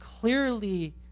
clearly